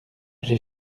j’ai